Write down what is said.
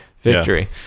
victory